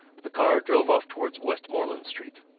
the car drove off towards westmoreland street.